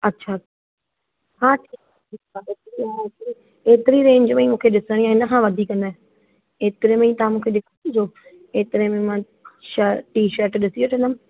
अच्छा हा ठीकु आहे एतिरी रेंज में मूंखे ॾिसणी आहे इनसां वधीक न एतिरे में ई तव्हां मूंखे ॾेखारिजो एतिरे में मां शर्ट टी शर्ट ॾिसी वठंदमि